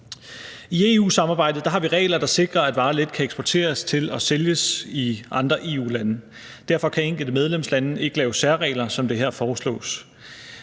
I EU-samarbejdet har vi regler, der sikrer, at varer let kan eksporteres til og sælges i andre EU-lande. Derfor kan enkelte medlemslande ikke lave særregler, som det her foreslås.